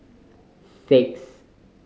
six